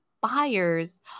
buyers